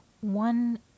One